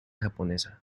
japonesa